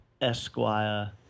Esquire